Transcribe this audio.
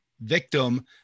victim